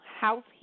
House